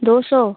दो सौ